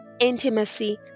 intimacy